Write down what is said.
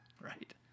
Right